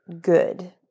Good